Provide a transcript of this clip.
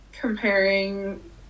comparing